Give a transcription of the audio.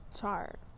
chart